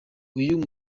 uyu